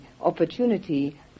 opportunity